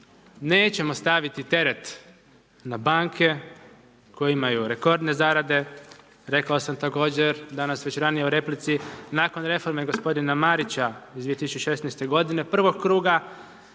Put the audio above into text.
nećemo staviti teret na banke koje imaju rekordne zarade, rekao sam također danas već ranije u replici nakon reforme gospodina Marića iz 2016. g. prvog kruga,